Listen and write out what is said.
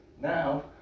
Now